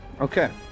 Okay